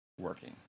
working